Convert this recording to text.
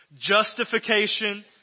Justification